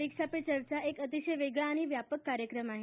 परिक्षा पे चर्चा हा अतिशय चांगला व व्यापक कार्यक्रम आहे